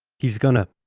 he's gonna.